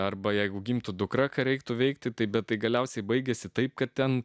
arba jeigu gimtų dukra ką reiktų veikti taip bet tai galiausiai baigėsi taip kad ten